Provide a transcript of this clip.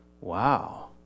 Wow